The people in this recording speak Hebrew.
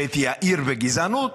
ואת יאיר בגזענות,